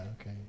Okay